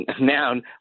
noun